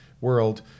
world